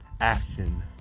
action